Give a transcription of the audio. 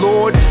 Lord